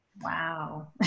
Wow